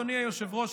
אדוני היושב-ראש,